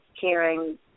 caring